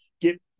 get